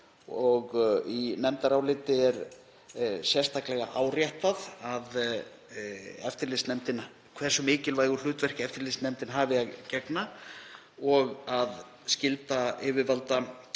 og í nefndaráliti er sérstaklega áréttað hversu mikilvægu hlutverki eftirlitsnefndin hafi að gegna og að skylda yfirvalda,